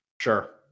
Sure